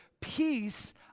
Peace